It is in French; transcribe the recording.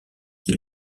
qui